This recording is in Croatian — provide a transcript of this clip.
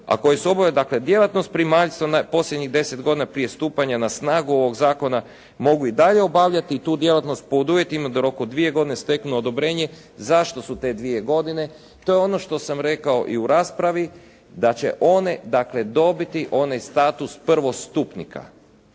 a koji su obavljali dakle djelatnost primaljstva u posljednjih deset godina prije stupanja na snagu ovog zakona, mogu i dalje obavljati tu djelatnost pod uvjetima da u roku od dvije godine steknu odobrenje. Zašto su te dvije godine? To je ono što sam rekao i u raspravi, da će one dakle dobiti onaj status prvostupnika.